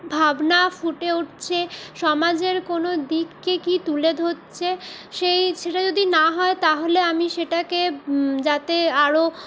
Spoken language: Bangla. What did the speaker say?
ভাবনা ফুটে উঠছে সমাজের কোনো দিককে কি তুলে ধরছে সেই সেটা যদি না হয় তাহলে আমি সেটাকে যাতে আরও